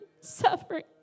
suffering